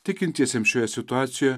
tikintiesiems šioje situacijoje